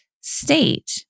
state